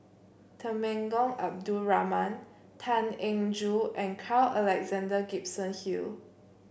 Temenggong Abdul Rahman Tan Eng Joo and Carl Alexander Gibson Hill